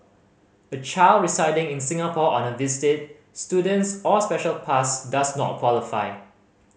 a child residing in Singapore on a visit student's or special pass does not qualify